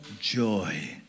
joy